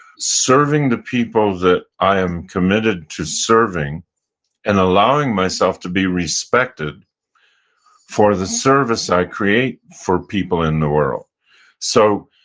serving the people that i am committed to serving and allowing myself to be respected for the service i create for people in the world so